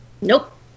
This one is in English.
Nope